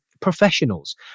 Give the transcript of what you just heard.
professionals